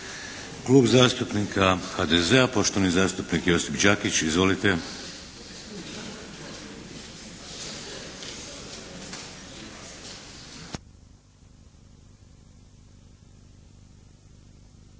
Klub zastupnika HDZ-a poštovani zastupnik Josip Đakić. Izvolite!